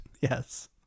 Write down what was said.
Yes